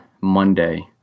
Monday